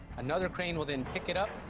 another crane will then pick it up,